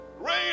Rain